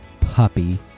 puppy